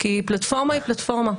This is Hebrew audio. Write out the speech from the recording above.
כי פלטפורמה היא פלטפורמה,